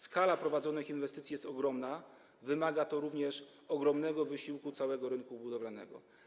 Skala prowadzonych inwestycji jest ogromna, wymaga to również ogromnego wysiłku całego rynku budowlanego.